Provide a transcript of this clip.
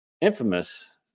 Infamous